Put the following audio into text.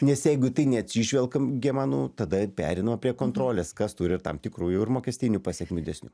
nes jeigu tai neatsižvelgiama nu tada pereinama prie kontrolės kas turi tam tikrų ir mokestinių pasekmių didesnių